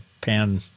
pan